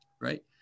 Right